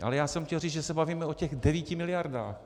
Ale já jsem chtěl říct, že se bavíme o těch devíti miliardách.